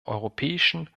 europäischen